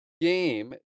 game